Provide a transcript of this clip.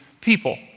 people